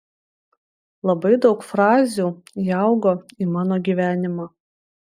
labai daug frazių įaugo į mano gyvenimą